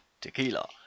tequila